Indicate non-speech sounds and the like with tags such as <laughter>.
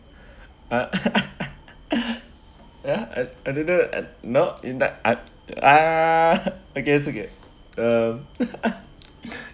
uh <laughs> ya ano~ another know in that uh ah okay is okay um <laughs>